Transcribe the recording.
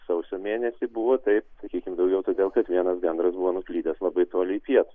sausio mėnesį buvo taip sakykim daugiau todėl kad vienas gandras buvo nuklydęs labai toli į pietus